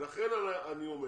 ולכן אני אומר